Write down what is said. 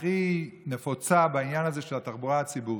הכי נפוצה בעניין הזה, של התחבורה הציבורית.